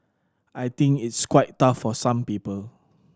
I think it's quite tough for some people